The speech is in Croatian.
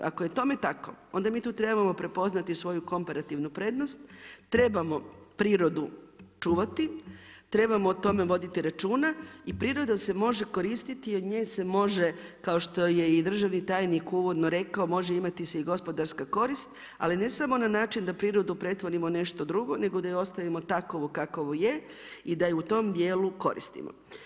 Ako je tome tako, onda mi tu trebamo prepoznati svoju komparativnu prednost, trebamo prirodu čuvati, tremo o tome voditi računa i priroda se može koristiti i od nje se može kao što je i državni tajnik uvodno rekao može se imati i gospodarska korist, ali ne samo na način da prirodu pretvorimo u nešto drugo, nego da je ostavimo takovu kakva je i da je u tom dijelu koristimo.